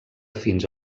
fins